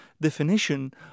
definition